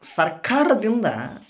ಸರ್ಕಾರದಿಂದ